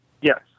Yes